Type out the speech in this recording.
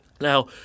Now